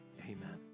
amen